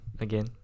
again